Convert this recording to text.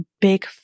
big